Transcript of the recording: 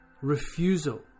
refusal